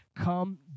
Come